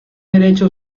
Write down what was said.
derecho